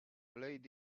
played